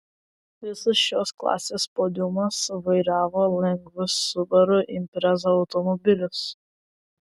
visas šios klasės podiumas vairavo lengvus subaru impreza automobilius